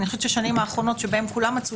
אני חושבת בשנים האחרונות שבהן כולם מצאו